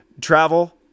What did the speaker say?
travel